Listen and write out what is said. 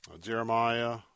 Jeremiah